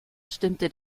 stimmte